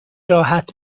راحت